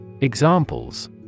Examples